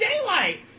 daylight